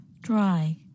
Dry